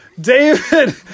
David